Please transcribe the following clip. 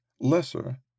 lesser